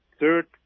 third